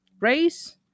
race